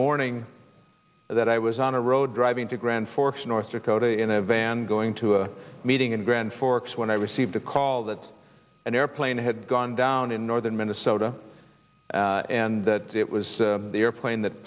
morning that i was on a road driving to grand forks north dakota in a van going to a meeting in grand forks when i received a call that an airplane had gone down in northern minnesota and that it was the airplane that